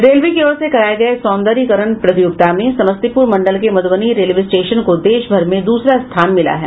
railway की ओर से कराये गये सौदर्यीकरण प्रतियोगिता में समस्तीपुर मंडल के मधुबनी रेलवे स्टेशन को देश भर में दूसरा स्थान मिला है